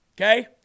okay